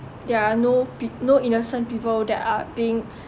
there are no p~ no innocent people that are being